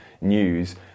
news